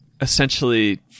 essentially